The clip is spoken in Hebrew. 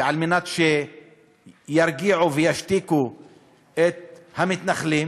ועל מנת שירגיעו וישתיקו את המתנחלים,